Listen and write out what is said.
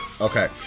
Okay